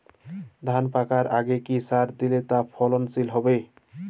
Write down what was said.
ধান পাকার আগে কি সার দিলে তা ফলনশীল হবে?